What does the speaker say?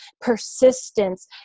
persistence